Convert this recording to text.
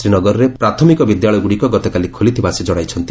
ଶ୍ରୀନଗରରେ ପ୍ରାଥମିକ ବିଦ୍ୟାଳୟଗୁଡ଼ିକ ଗତକାଲି ଖୋଲିଥିବା ସେ ଜଣାଇଛନ୍ତି